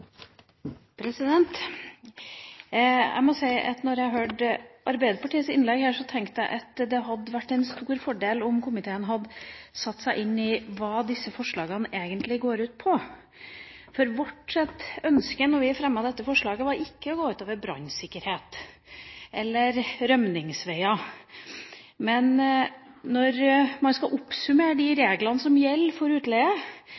sesjon. Jeg må si at da jeg hørte Arbeiderpartiets innlegg her, tenkte jeg at det hadde vært en stor fordel om komiteen hadde satt seg inn i hva disse forslagene egentlig går ut på. For vårt ønske da vi fremmet dette forslaget, var ikke at det skulle gå ut over brannsikkerhet eller rømningsveier. Når man skal oppsummere de reglene som gjelder for utleie,